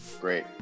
Great